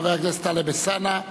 חבר הכנסת טלב אלסאנע.